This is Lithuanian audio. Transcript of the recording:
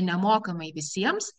nemokamai visiems